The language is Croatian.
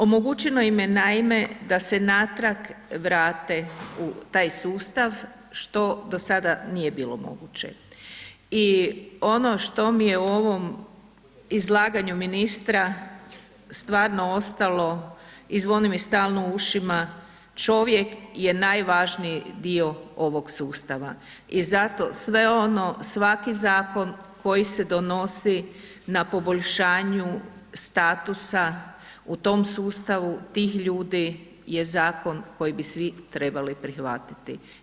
Omogućeno im je, naime da se natrag vrate u taj sustav, što do sada nije bilo moguće i ono što mi je u ovom izlaganju ministra stvarno ostalo i zvoni mi stalno u ušima, čovjek je najvažniji dio ovog sustava i zato sve ono, svaki zakon koji se donosi na poboljšanju statusa u tom sustavu, tih ljudi je zakon koji bi svi trebali prihvatiti.